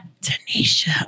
Tanisha